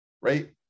right